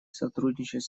сотрудничать